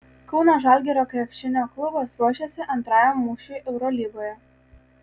kauno žalgirio krepšinio klubas ruošiasi antrajam mūšiui eurolygoje